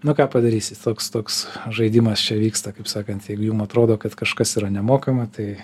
na ką padarysi toks toks žaidimas čia vyksta kaip sakant jeigu jum atrodo kad kažkas yra nemokama tai